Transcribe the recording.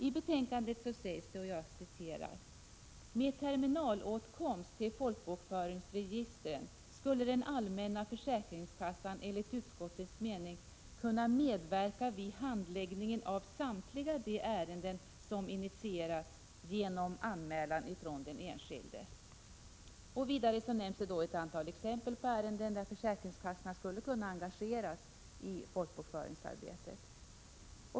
I betänkandet sägs: ”Med terminalåtkomst till folkbokföringsregistren skulle den allmänna försäkringskassan enligt utskottets mening kunna medverka vid handläggningen av samtliga de ärenden som initieras genom anmälan från den enskilde.” Vidare nämns ett antal exempel på ärenden där försäkringskassorna skulle kunna engageras i folkbokföringsarbetet.